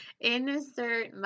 Insert